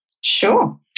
Sure